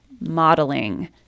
modeling